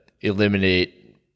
eliminate